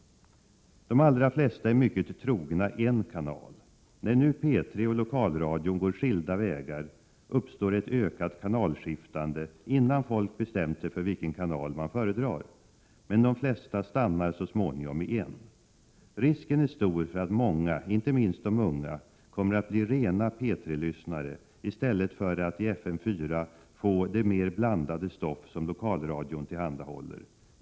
De allra flesta är mycket trogna en kanal. När nu P 3 och lokalradion går skilda vägar uppstår ett ökat kanalskiftande innan folk bestämt sig för vilken kanal de föredrar. Men de flesta stannar så småningom i en. Risken är stor för att många, inte minst de unga, kommer att bli rena P 3-lyssnare i stället för att i FM 4 få det mer blandade stoff som lokalradion tillhandahåller.